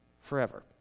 forever